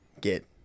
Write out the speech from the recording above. get